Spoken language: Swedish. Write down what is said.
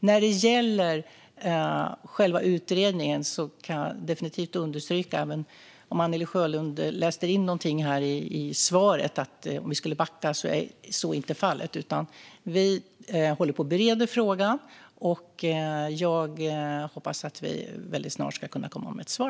När det gäller själva utredningen och om Anne-Li Sjölund läste in någonting i svaret om att vi skulle backa kan jag definitivt understryka att så inte är fallet. Vi håller på att bereda frågan. Jag hoppas att vi väldigt snart ska kunna komma med ett svar.